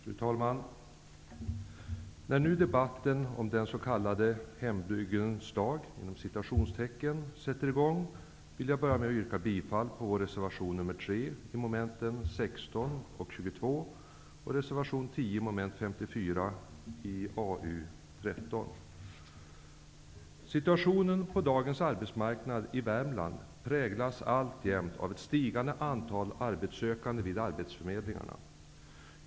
Fru talman! När nu debatten om ''hembygdens dag'' sätter i gång vill jag börja med att yrka bifall till reservation 3 under mom. 16 och 22 och till reservation 10 under mom. 54 i AU13. Situationen på dagens arbetsmarknad i Värmland präglas alltjämt av ett stigande antal arbetssökande vid arbetsförmedlingarna.